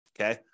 okay